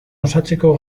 osatzeko